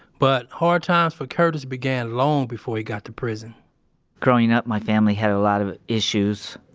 but hard times for curtis began long before he got to prison growing up, my family had a lot of issues.